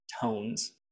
tones